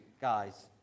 guys